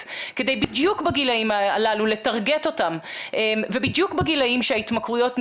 כדי בדיוק בגילים הללו לטרגט אותם ובדיוק בגילים שההתמכרויות נבנות,